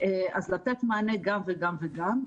אז לתת מענה גם וגם וגם.